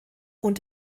und